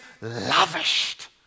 lavished